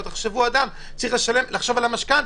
אדם צריך לחשוב על המשכנתה,